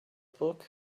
book